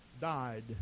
died